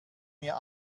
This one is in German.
mir